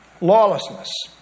Lawlessness